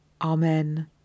Amen